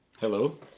Hello